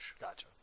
Gotcha